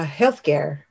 healthcare